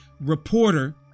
reporter